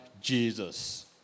Jesus